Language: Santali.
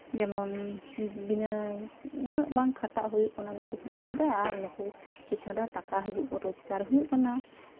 ᱡᱮᱢᱚᱱ ᱵᱤᱱᱟᱹ ᱩᱱᱟᱹᱜ ᱵᱟᱝ ᱠᱷᱟᱴᱟᱜ ᱦᱩᱭᱩᱜ ᱠᱟᱱᱟ ᱱᱩᱠᱩ ᱯᱤᱪᱷᱚᱱ ᱨᱮ ᱟᱨ ᱱᱩᱠᱩ ᱴᱟᱠᱟ ᱦᱤᱡᱩᱜ ᱨᱳᱡᱽᱜᱟᱨ ᱦᱩᱭᱩᱜ ᱠᱟᱱᱟ